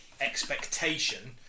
expectation